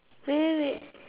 wait wait wait